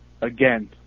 Again